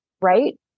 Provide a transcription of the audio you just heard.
right